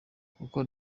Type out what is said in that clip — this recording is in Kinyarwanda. kuko